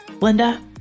Linda